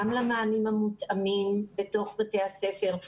גם למענים המותאמים בתוך בתי הספר,